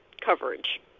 coverage